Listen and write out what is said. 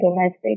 domestic